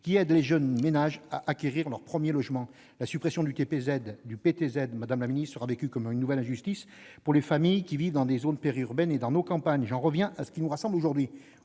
qui aide les jeunes ménages à acquérir leur premier logement. La suppression du PTZ sera vécue comme une nouvelle injustice pour les familles qui vivent dans les zones périurbaines et dans nos campagnes. J'en reviens à ce qui nous rassemble aujourd'hui.